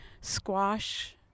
squash